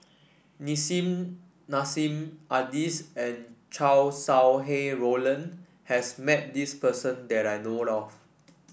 Nissim Nassim Adis and Chow Sau Hai Roland has met this person that I know of